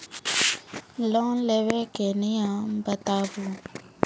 Loan लेबे के नियम बताबू?